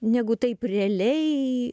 negu taip realiai